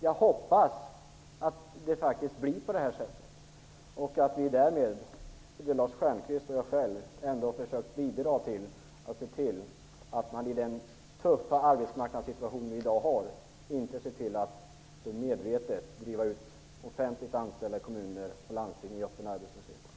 Jag hoppas att det blir som vi nu sagt. Därmed har Lars Stjernkvist och jag själv försökt att bidra till att man i dagens tuffa arbetsmarknadssituation inte medvetet driver offentligt anställda i kommuner och landsting ut i öppen arbetslöshet.